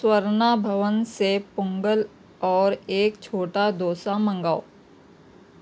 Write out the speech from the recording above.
سورنا بھون سے پونگل اور ایک چھوٹا ڈوسا منگاؤ